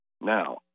Now